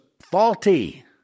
faulty